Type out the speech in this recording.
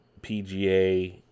PGA